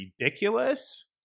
ridiculous